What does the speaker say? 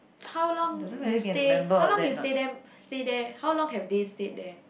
how long you stay how long you stay them stay there how long have they stayed there